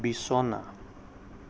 বিছনা